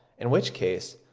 in which case,